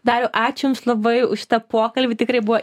dariau ačiū jums labai už šitą pokalbį tikrai buvo